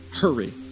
Hurry